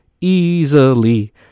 easily